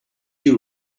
you